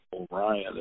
O'Brien